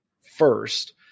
first